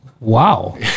Wow